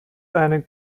eine